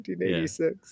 1986